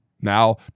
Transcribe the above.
Now